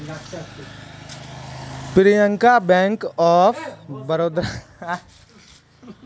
Priyanka bank of बड़ौदात पीओर रूपत काम कर छेक